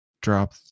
drop